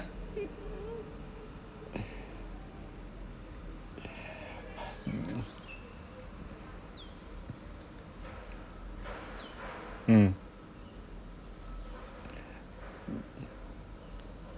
mm